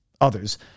others